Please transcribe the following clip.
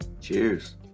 Cheers